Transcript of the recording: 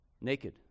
Naked